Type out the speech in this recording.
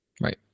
Right